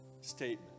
statement